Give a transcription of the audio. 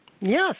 Yes